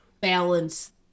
balance